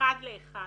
אחד לאחד